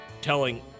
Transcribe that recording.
telling